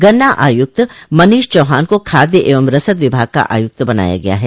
गन्ना आयुक्त मनीष चौहान को खादय एवं रसद विभाग का आयुक्त बनाया गया है